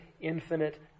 infinite